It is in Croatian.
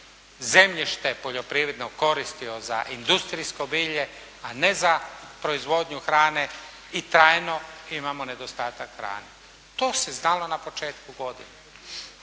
zemljište poljoprivredno koristio za industrijsko bilje a ne za proizvodnju hrane i trajno imamo nedostatak hrane. To se znalo na početku godine.